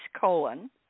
colon